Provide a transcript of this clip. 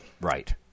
right